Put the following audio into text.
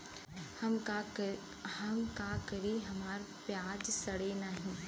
हम का करी हमार प्याज सड़ें नाही?